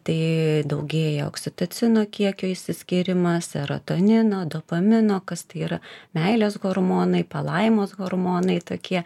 tai daugėja oksitocino kiekio išsiskyrimas serotonino dopamino kas tai yra meilės hormonai palaimos hormonai tokie